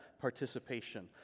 participation